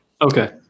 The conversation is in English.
Okay